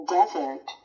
Desert